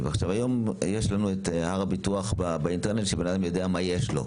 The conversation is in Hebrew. היום יש לנו את הר הביטוח באינטרנט שבן אדם יודע מה יש לו,